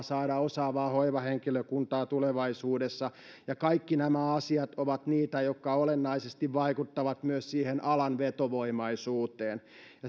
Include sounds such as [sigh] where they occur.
[unintelligible] saada osaavaa hoivahenkilökuntaa tulevaisuudessa ja kaikki nämä asiat ovat niitä jotka myös olennaisesti vaikuttavat alan vetovoimaisuuteen